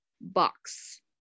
box